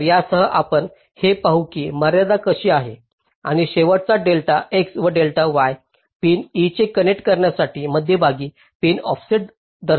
तर यासह आपण हे पाहू की मर्यादा कशा आहेत आणि शेवटचा डेल्टा x व डेल्टा y पिन e से कनेक्ट करण्यासाठी मध्यभागी पिन ऑफसेट दर्शवितो